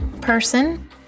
person